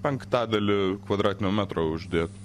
penktadalį kvadratinio metro uždėt